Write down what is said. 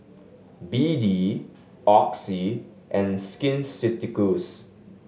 B D Oxy and Skin Ceuticals